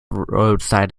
roadside